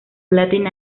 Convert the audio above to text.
latin